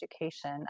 education